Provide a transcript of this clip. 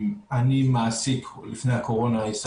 אני חושב שצריך לתת לשירותים הווטרינריים עוד כלים,